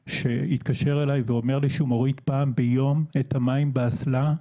שהתקשר אליי ואמר שהוא מוריד פעם ביום את המים באסלה,